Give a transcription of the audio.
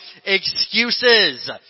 Excuses